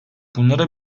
bunlara